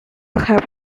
have